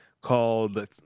called